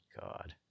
god